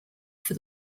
for